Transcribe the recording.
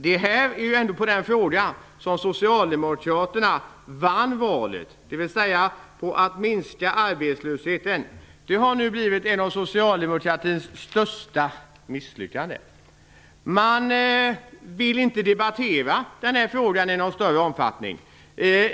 Det här är ju ändå den fråga som Socialdemokraterna vann valet på, dvs. att arbetslösheten skulle minskas, och det har nu blivit en av Socialdemokraternas största misslyckanden. Man vill inte debattera den här frågan i någon större omfattning.